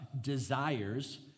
Desires